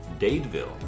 Dadeville